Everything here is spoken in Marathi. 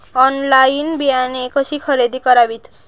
ऑनलाइन बियाणे कशी खरेदी करावीत?